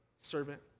servant